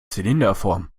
zylinderform